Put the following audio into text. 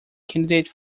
candid